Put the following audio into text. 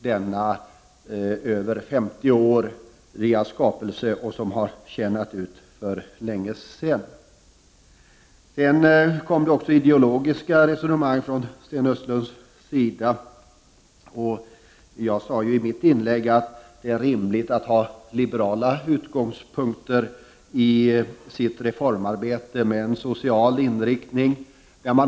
Den över 50 år gamla skapelsen har tjänat ut för länge sedan. Sten Östlund förde i sitt anförande även ideologiska resonemang. I mitt inlägg sade jag att det är rimligt att ha liberala utgångspunkter i sitt reformarbete med en social inriktning.